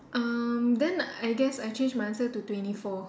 um then I guess I change my answer to twenty four